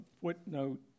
footnote